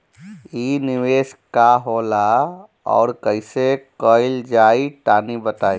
इ निवेस का होला अउर कइसे कइल जाई तनि बताईं?